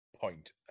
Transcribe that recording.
point